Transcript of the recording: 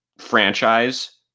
franchise